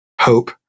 hope